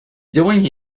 doing